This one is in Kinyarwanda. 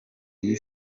iyi